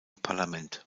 parlament